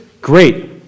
Great